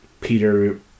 Peter